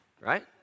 Right